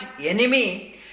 enemy